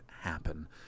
happen